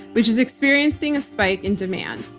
which is experiencing a spike in demand.